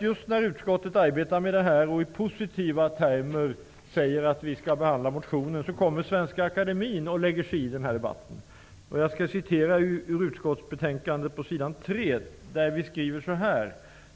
Just när utskottet arbetade med det här och sade att vi skulle behandla motionen i positiv anda kom i utskottsbetänkandet skriver vi: